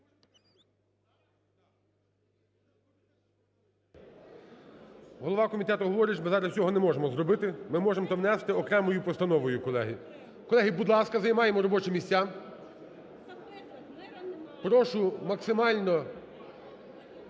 Голова комітету говорить, що ми зараз цього не можемо зробити, ми можемо там внести окремою постановою, колеги. Колеги, будь ласка, займаємо робочі місця. Прошу максимально